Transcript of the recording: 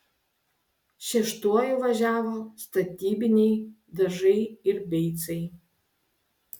šeštuoju važiavo statybiniai dažai ir beicai